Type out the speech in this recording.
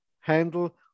handle